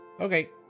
okay